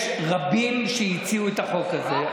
יש רבים שהציעו את החוק הזה,